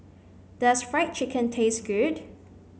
does fried chicken taste good